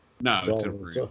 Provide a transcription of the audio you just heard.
No